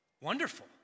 Wonderful